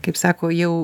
kaip sako jau